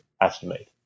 estimate